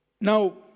Now